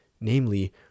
namely